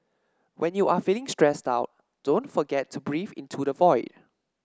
when you are feeling stressed out don't forget to breathe into the void